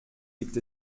gibt